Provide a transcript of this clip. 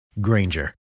Granger